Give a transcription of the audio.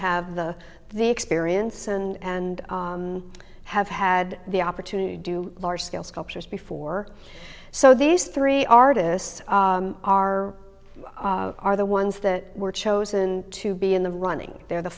have the the experience and have had the opportunity to do large scale sculptures before so these three artists are are the ones that were chosen to be in the running they're the